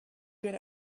good